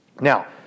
Now